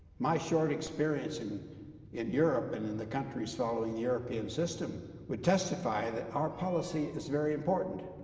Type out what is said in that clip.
my short experience and in europe and in the countries following the european system would testify that our policy is very important.